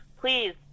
Please